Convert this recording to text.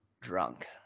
drunk